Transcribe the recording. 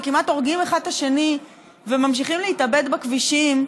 כמעט הורגים אחד את השני וממשיכים להתאבד בכבישים.